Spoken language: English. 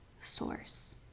Source